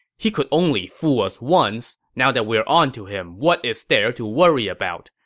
he could only fool us once. now that we're on to him, what is there to worry about?